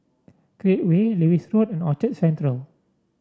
Create Way Lewis Road and Orchard Central